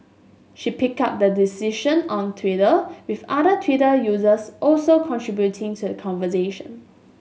she picked up the discussion on Twitter with other Twitter users also contributing to a conversation